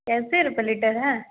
कैसे रुपये लीटर है